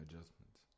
Adjustments